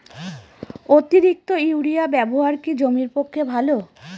অতিরিক্ত ইউরিয়া ব্যবহার কি জমির পক্ষে ভালো?